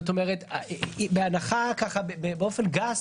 באופן גס,